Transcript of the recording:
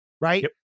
right